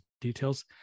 details